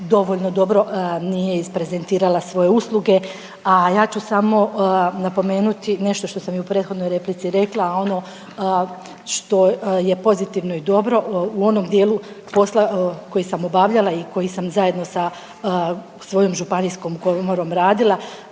dovoljno dobro nije isprezentirala svoje usluge, a ja ću samo napomenuti nešto što sam i u prethodnoj replici rekla, a ono što je pozitivno i dobro u onom dijelu posla koji sam obavljala i koji sam zajedno sa svojom županijskom komorom radila